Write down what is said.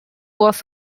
was